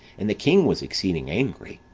and the king was exceeding angry.